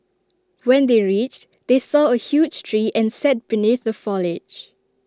when they reached they saw A huge tree and sat beneath the foliage